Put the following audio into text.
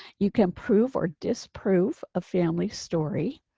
you can prove or disprove a family story,